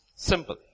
Simple